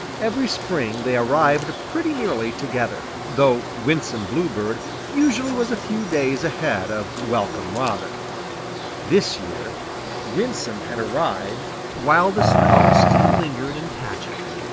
every spring they arrived pretty nearly together, though winsome bluebird usually was a few days ahead of welcome robin this year winsome had arrived while the snow still lingered in patches.